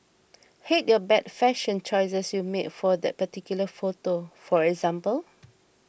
hate your bad fashion choices you made for that particular photo for example